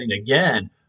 again